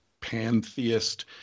pantheist